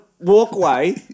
walkway